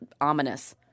ominous